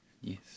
Yes